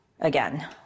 again